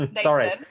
Sorry